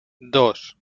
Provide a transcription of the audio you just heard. dos